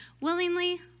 willingly